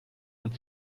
und